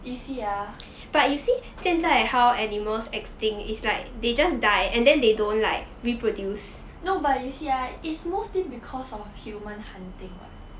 you see ah no but you see ah is mostly because of human hunting [what]